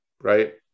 right